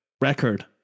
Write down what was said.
record